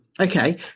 Okay